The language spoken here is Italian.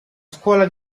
scuola